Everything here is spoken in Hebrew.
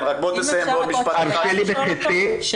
תסיים בעוד משפט אחד.